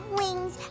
wings